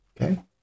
Okay